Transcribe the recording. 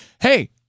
hey